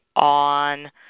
on